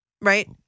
Right